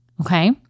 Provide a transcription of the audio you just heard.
Okay